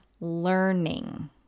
learning